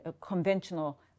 conventional